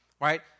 right